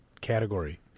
category